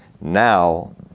now